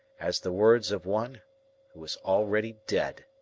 as the words of one who is already dead,